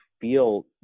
feel